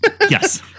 Yes